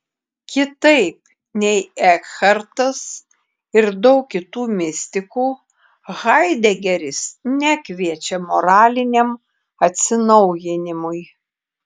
kitaip nei ekhartas ir daug kitų mistikų haidegeris nekviečia moraliniam atsinaujinimui